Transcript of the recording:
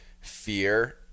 fear